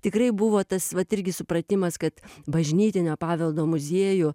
tikrai buvo tas vat irgi supratimas kad bažnytinio paveldo muziejų